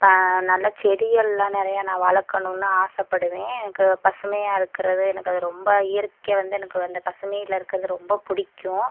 நல்லா செடிகள்லாம் நிறைய நான் வளக்கணும்ன்னு ஆசைப்படுவேன் எனக்கு பசுமையாக இருக்கிறது எனக்கு அது ரொம்ப இயற்கை வந்து எனக்கு வந்து பசுமையில் இருக்கிறது ரொம்ப பிடிக்கும்